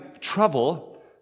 trouble